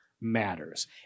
matters